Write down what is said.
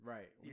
Right